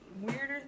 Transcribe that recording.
weirder